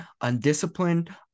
undisciplined